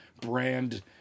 brand